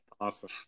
awesome